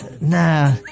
nah